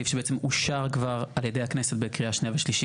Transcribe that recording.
סעיף שבעצם אושר כבר על ידי הכנסת בקריאה שנייה ושלישית,